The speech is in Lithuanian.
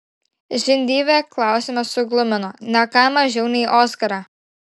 žindyvę klausimas suglumino ne ką mažiau nei oskarą